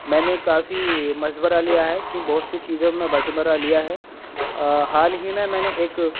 میں نے کافی مشورہ لیا ہے کہ بہت سی چیزوں میں بسمرہ لیا ہے حال ہی میں میں نے ایک